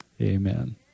Amen